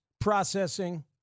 processing